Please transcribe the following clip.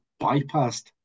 bypassed